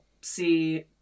see